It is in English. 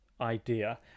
idea